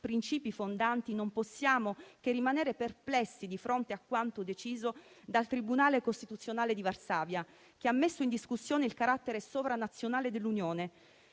principi fondanti, non possiamo che rimanere perplessi di fronte a quanto deciso dal tribunale costituzionale di Varsavia, che ha messo in discussione il carattere sovranazionale dell'Unione.